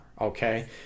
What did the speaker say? okay